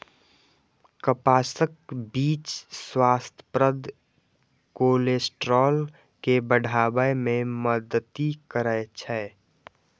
कपासक बीच स्वास्थ्यप्रद कोलेस्ट्रॉल के बढ़ाबै मे मदति करै छै